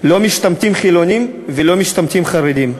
לא משתמטים חילונים ולא משתמטים חרדים.